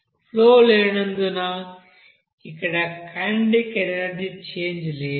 flow లేనందున ఇక్కడ kinetic energy change లేదు